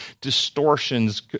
distortions